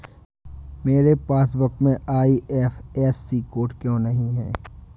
मेरे पासबुक में IFSC code क्यो नहीं है?